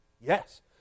Yes